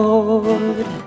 Lord